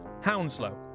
Hounslow